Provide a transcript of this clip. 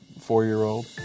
four-year-old